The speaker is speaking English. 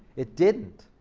it didn't.